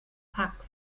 pak